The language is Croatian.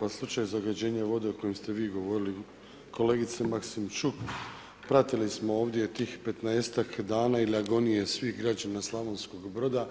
Pa slučaj zagađenja vode o kojem ste vi govorili kolegice Maksimčuk pratili smo ovdje tih petnaestak dana ili agonije svih građana Slavonskog Broda